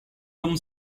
dum